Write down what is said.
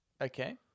Okay